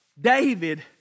David